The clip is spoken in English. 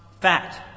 fat